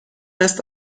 است